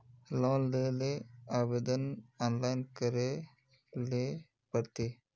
Loan लेले आवेदन online करे ले पड़ते?